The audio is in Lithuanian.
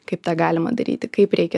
kaip tą galima daryti kaip reikia